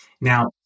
Now